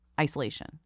isolation